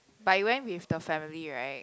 but you went with the family right